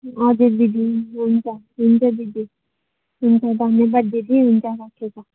हजुर दिदी हुन्छ हुन्छ दिदी हुन्छ धन्यवाद दिदी हुन्छ राखेको